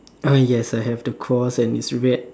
uh yes have the cross and it's red